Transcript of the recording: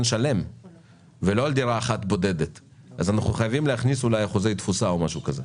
שלם ולא על דירה אחת בודדת אחוזי תפוסה או משהו כזה.